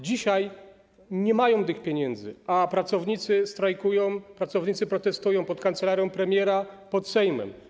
Dzisiaj nie mają tych pieniędzy, a pracownicy strajkują, pracownicy protestują pod kancelarią premiera, pod Sejmem.